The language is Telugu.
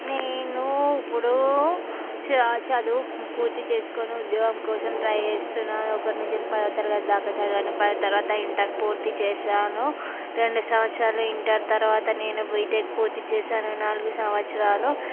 నేనూ ఇప్పుడూ చ చదువు పూర్తిచేసుకుని ఉద్యోగం కోసం ట్రై చేస్తున్నాను ఒకటి నుంచి పదవ తరగతి దాకా చదివాను పది తరవాత ఇంటర్ పూర్తి చేశాను రెండు సంవత్సరాలు ఇంటర్ తర్వాత నేను బీటెక్ పూర్తి చేశాను నాలుగు సంవత్సరాలు